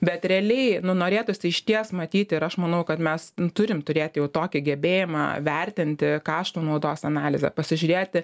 bet realiai nu norėtųsi išties matyti ir aš manau kad mes turim turėti jau tokį gebėjimą vertinti kaštų naudos analizę pasižiūrėti